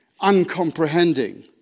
uncomprehending